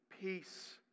peace